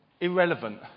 irrelevant